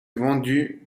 vendus